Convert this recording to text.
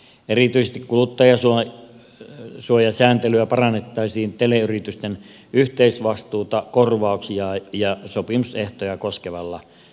erityisesti kuluttajansuojasääntelyä parannettaisiin teleyritysten yhteisvastuuta korvauksia ja sopimusehtoja koskevalla sääntelyllä